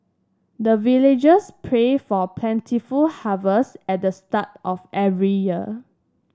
the villagers pray for plentiful harvest at the start of every year